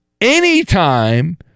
anytime